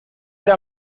era